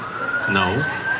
No